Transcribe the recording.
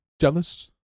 jealous